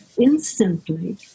instantly